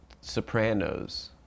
sopranos